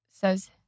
says